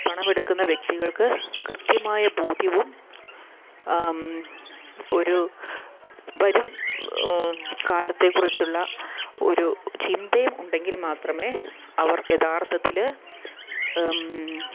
പണമെടുക്കുന്ന വ്യക്തികൾക്ക് കൃത്യമായ ബോധ്യവും ഒരു വരും കാലത്തെക്കുറിച്ചുള്ള ഒരു ചിന്തയും ഉണ്ടെങ്കിൽ മാത്രമേ അവർ യാഥാർത്ഥത്തിൽ